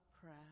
prayer